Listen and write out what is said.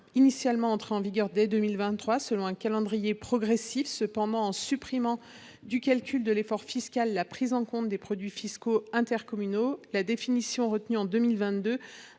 initialement entrer en vigueur dès 2023, selon un calendrier progressif. Cependant, en supprimant du calcul de l’effort fiscal la prise en compte des produits fiscaux intercommunaux, la définition retenue en 2022